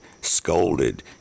scolded